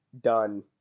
done